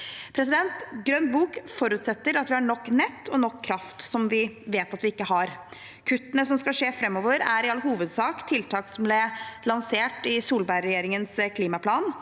framover. Grønn bok forutsetter at vi har nok nett og nok kraft, som vi vet at vi ikke har. Kuttene som skal skje framover, er i all hovedsak tiltak som ble lansert i Solberg-regjeringens klimaplan.